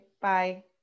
Bye